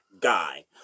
guy